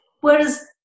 whereas